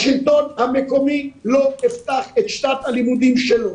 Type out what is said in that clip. השלטון המקומי לא יפתח את שנת הלימודים שלו.